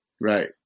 Right